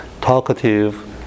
talkative